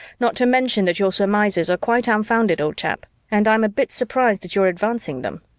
not to mention that your surmises are quite unfounded, old chap, and i'm a bit surprised at your advancing them.